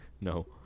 No